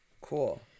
Cool